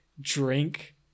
drink